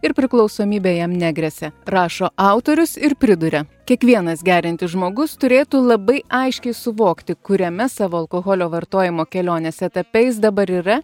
ir priklausomybė jam negresia rašo autorius ir priduria kiekvienas geriantis žmogus turėtų labai aiškiai suvokti kuriame savo alkoholio vartojimo kelionės etape jis dabar yra